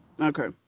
Okay